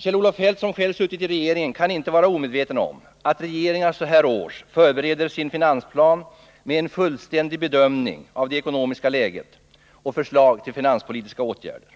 Kjell-Olof Feldt, som själv har suttit i en regering, kan inte vara omedveten om att regeringar så här års förbereder sin finansplan med en fullständig bedömning av det ekonomiska läget och förslag till finanspolitiska åtgärder.